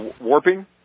warping